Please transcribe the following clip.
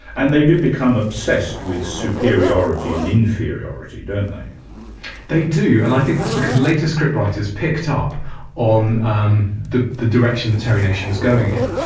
and they do become obsessed with superiority and inferiority don't they? they do, and i think that's because later scriptwriters picked up on um the the direction that terry nation was going in.